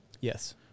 Yes